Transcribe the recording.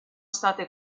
state